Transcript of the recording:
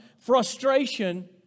frustration